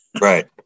right